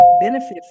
benefit